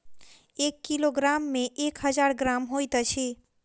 एक किलोग्राम मे एक हजार ग्राम होइत अछि